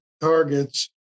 targets